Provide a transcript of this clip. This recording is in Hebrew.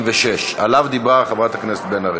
46), שעליו דיברה חברת הכנסת בן ארי.